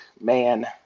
man